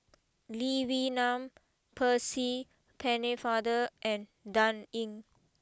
Lee Wee Nam Percy Pennefather and Dan Ying